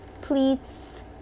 pleats